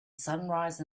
sunrise